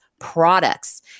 products